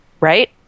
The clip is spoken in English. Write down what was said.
right